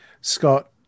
scott